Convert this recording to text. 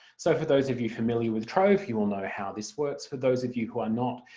so for those of you familiar with trove you will know how this works. for those of you who are not,